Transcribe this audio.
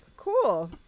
Cool